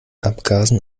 abgasen